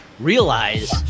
realize